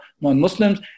non-Muslims